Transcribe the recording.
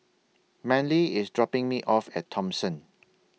Manly IS dropping Me off At Thomson